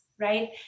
right